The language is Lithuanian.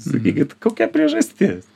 sakykit kokia priežastis